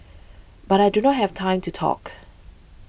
but I do not have time to talk